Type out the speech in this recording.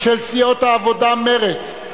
של סיעות העבודה ומרצ,